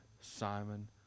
Simon